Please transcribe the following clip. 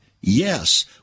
Yes